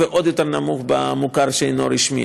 ועוד יותר נמוך במוכר שאינו רשמי.